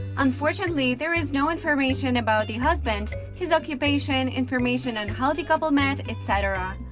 unfortunately, there is no information about the husband, his occupation, information on how the couple met, etc.